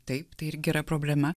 taip tai irgi yra problema